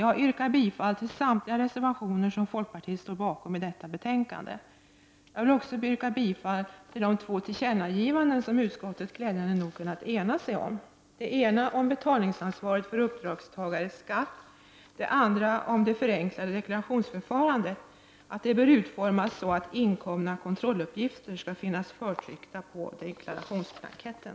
Jag yrkar bifall till samtliga reservationer som folkpartiet står bakom i detta betänkande. Jag vill också yrka bifall till två tillkännagivanden som utskottet glädjande nog kunnat ena sig om. Det ena gäller betalningsansvaret för uppdragstagares skatt. Det andra gäller att det förenklade deklarationsförfarandet bör utformas så, att inkomna kontrolluppgifter skall finnas förtryckta på deklarationsblanketten.